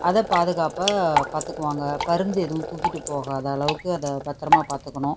அதை பாதுகாப்பாக பார்த்துகுவாங்க பருந்து எதுவும் தூக்கிட்டு போகாத அளவுக்கு அதை பத்திரமாக பார்த்துக்கணும்